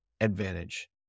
advantage